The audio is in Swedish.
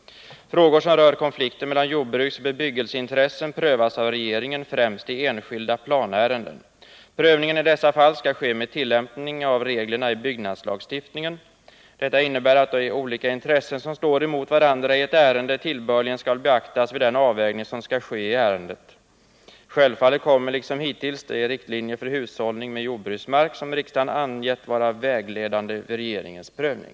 Frågor som rör konflikter mellan jordbruksoch bebyggelseintressen prövas av regeringen främst i enskilda planärenden. Prövningen i dessa fall skall ske med tillämpning av reglerna i byggnadslagstiftningen. Detta innebär att de olika intressen som står emot varandra i ett ärende tillbörligen skall beaktas vid den avvägning som skall ske i ärendet. Självfallet kommer — liksom hittills — de riktlinjer för hushållning med jordbruksmark som riksdagen angett vara vägledande vid regeringens prövning.